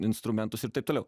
instrumentus ir taip toliau